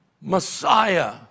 Messiah